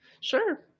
Sure